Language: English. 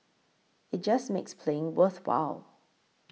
it just makes playing worthwhile